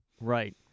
Right